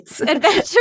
Adventure